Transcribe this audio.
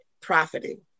profiting